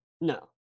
No